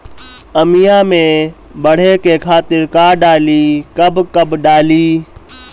आमिया मैं बढ़े के खातिर का डाली कब कब डाली?